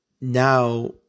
now